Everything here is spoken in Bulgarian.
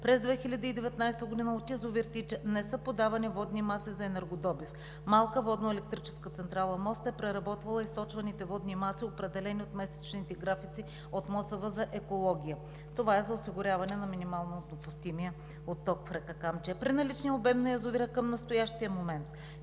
През 2019 г. от язовир „Тича“ не са подавани водни маси за енергодобив. Малка водноелектрическа централа „Моста“ е преработвала източваните водни маси, определени от месечните графици от МОСВ за екология. Това е за осигуряване на минимално допустимия отток в река Камчия. При наличния обем на язовира към настоящия момент